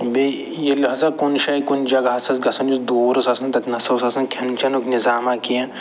بیٚیہِ ییٚلہِ ہسا کُنہِ جایہِ کُنہِ جگہ آسہِ اَسہِ گژھُن یُس دوٗر اوس آسان تَتہِ نہ سہ اوس آسان کھٮ۪ن چٮ۪نُک نِظامہ کیٚنہہ